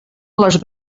les